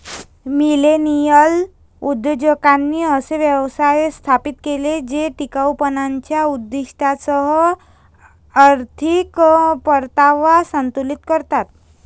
millennial उद्योजकांनी असे व्यवसाय स्थापित केले जे टिकाऊपणाच्या उद्दीष्टांसह आर्थिक परतावा संतुलित करतात